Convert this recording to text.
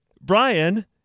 Brian